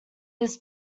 his